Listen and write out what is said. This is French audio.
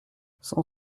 cent